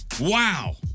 Wow